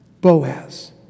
Boaz